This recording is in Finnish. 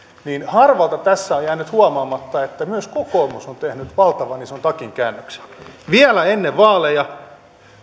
niin monelta tässä on jäänyt huomaamatta että myös kokoomus on tehnyt valtavan ison takinkäännöksen vielä ennen vaaleja